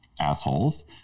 assholes